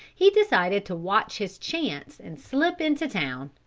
he decided to watch his chance and slip into town.